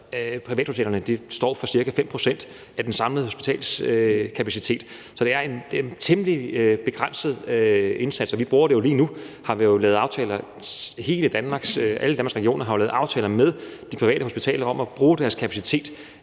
privathospitalerne står for ca. 5 pct. af den samlede hospitalskapacitet, så det er en temmelig begrænset indsats. Vi bruger dem jo lige nu, og alle Danmarks regioner har jo lavet aftaler med de private hospitaler om at bruge deres kapacitet